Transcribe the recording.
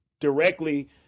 directly